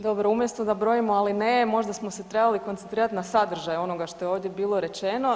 Dobro, umjesto da brojimo alineje možda smo se trebali koncentrirati na sadržaj onoga što je ovdje bilo rečeno.